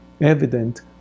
evident